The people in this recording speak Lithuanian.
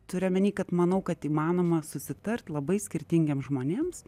turiu omeny kad manau kad įmanoma susitart labai skirtingiem žmonėms